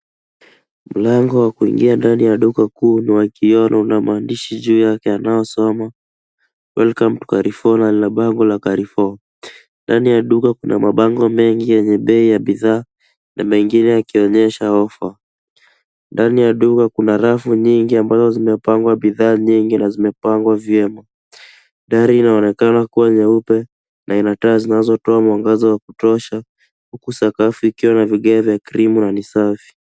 Mlango wa kuingia ndani ya duka kuu ni wa kioo na una maandishi juu yanayosoma Welcome Carrefour na lina bango la Carrefour . Ndani ya duka kuna mabango mengi nyenye bei ya bidhaa na mengine yakionyesha ofa . Ndani ya duka kuna rafu nyingi ambazo zimepangwa bidhaa nyingi na zimepangwa vyema. Dari inaonekana kuwa nyeupe na ina taa zinazotoa mwangazo wa kutosha. Uku sakafu ukiwa na vigae vya krimu na ni safi.